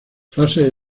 frases